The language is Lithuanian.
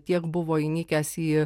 tiek buvo įnikęs į